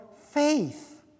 faith